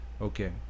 Okay